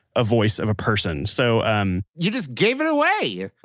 a voice of a person so um you just gave it away! oh.